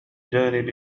جانب